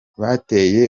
bateye